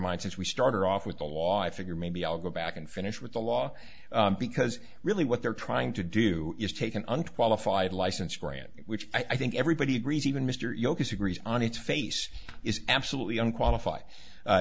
mind since we started off with the law i figure maybe i'll go back and finish with the law because really what they're trying to do is take an unqualified license grant which i think everybody agrees even mr jocose agrees on it's face is absolutely unqualified